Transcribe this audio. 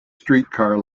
streetcar